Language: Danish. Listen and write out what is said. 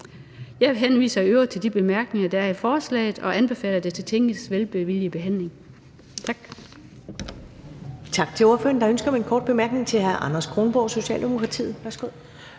Jeg henviser i øvrigt til de bemærkninger, der er i forslaget, og anbefaler det til Tingets velvillige behandling. Tak.